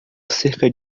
cerca